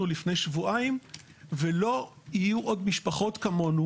לפני שבועיים ולא יהיו עוד משפחות כמונו,